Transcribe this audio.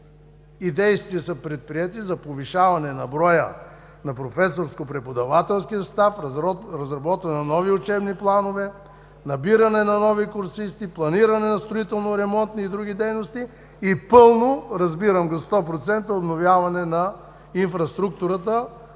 и действия са предприети за повишаване на броя на професорско-преподавателския състав, разработване на нови учебни планове, набиране на нови курсисти, планиране на строително-ремонтни и други дейности и пълно, разбирам го 100%, обновяване на инфраструктурата,